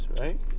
right